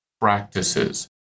practices